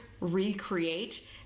recreate